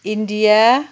India